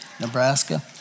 Nebraska